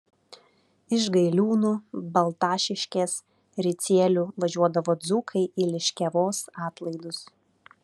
iš gailiūnų baltašiškės ricielių važiuodavo dzūkai į liškiavos atlaidus